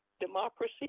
Democracy